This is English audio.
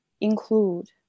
include